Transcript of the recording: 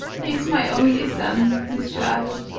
he is my only son, miss shirley,